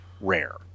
rare